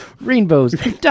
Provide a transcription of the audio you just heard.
Rainbows